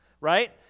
right